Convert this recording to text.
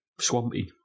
swampy